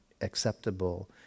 acceptable